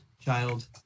child